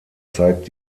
zeigt